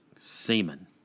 Semen